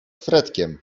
fredkiem